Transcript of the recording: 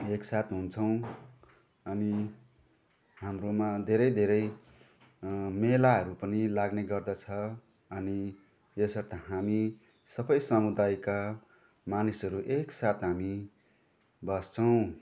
एकसाथ हुन्छौँ अनि हाम्रोमा धेरै धेरै मेलाहरू पनि लाग्ने गर्दछ अनि यसर्थ हामी सबै समुदायका मानिसहरू एकसाथ हामी बस्छौँ